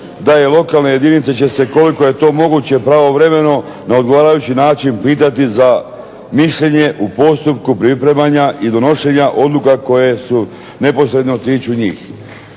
da je lokalne jedinice će se koliko je to moguće pravovremeno na odgovarajući način pitati za mišljenje u postupku pripremanja i donošenja odluka koje se neposredno tiču njih.